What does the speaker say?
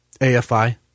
AFI